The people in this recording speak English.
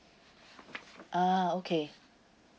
ah okay